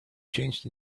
changed